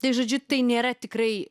tai žodžiu tai nėra tikrai